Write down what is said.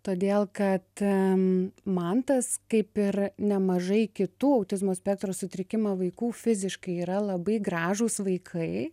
todėl kad mantas kaip ir nemažai kitų autizmo spektro sutrikimą vaikų fiziškai yra labai gražūs vaikai